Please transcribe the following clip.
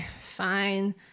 fine